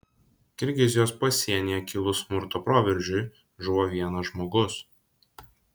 kirgizijos pasienyje kilus smurto proveržiui žuvo vienas žmogus